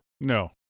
No